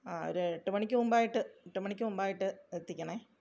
ആ ഒരെട്ടുമണിക്കു മുമ്പായിട്ട് എട്ടുമണിക്ക് മുമ്പായിട്ട് എത്തിക്കണേ